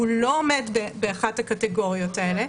שלא עומד באחת הקטגוריות האלה.